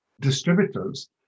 distributors